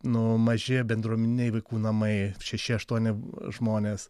nu maži bendruomeniniai vaikų namai šeši aštuoni žmonės